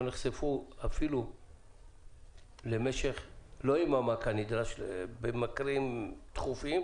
נחשפו אפילו למשך לא יממה כנדרש בימים דחופים